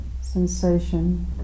sensation